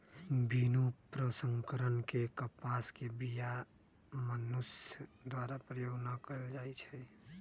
बिनु प्रसंस्करण के कपास के बीया मनुष्य द्वारा प्रयोग न कएल जाइ छइ